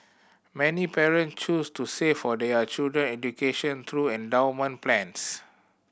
many parent choose to save for their children education through endowment plans